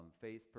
Faith